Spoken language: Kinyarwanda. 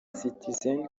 citizen